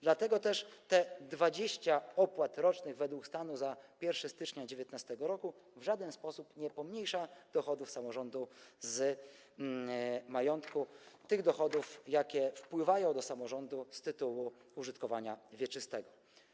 Dlatego też te 20 opłat rocznych według stanu za 1 stycznia 2019 r. w żaden sposób nie pomniejsza dochodów samorządu z majątku, dochodów, jakie wpływają do samorządu z tytułu użytkowania wieczystego.